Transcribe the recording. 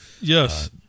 Yes